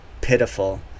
pitiful